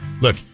Look